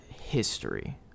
history